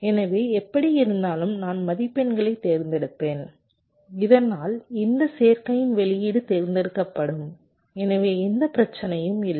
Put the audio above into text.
எனவே எப்படியிருந்தாலும் நான் மதிப்பெண்களைத் தேர்ந்தெடுப்பேன் இதனால் இந்த சேர்க்கையின் வெளியீடு தேர்ந்தெடுக்கப்படும் எனவே எந்த பிரச்சனையும் இல்லை